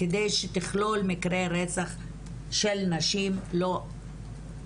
כדי שתכלול מקרי רצח של נשים